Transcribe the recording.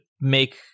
make